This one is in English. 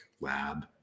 lab